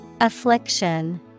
Affliction